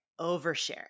overshare